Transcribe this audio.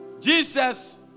Jesus